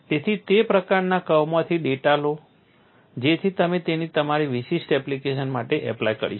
તેથી તે પ્રકારના કર્વમાંથી ડેટા લો જેથી તમે તેને તમારી વિશિષ્ટ એપ્લિકેશન માટે એપ્લાય કરી શકો